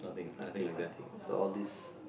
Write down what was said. nothing nothing so all these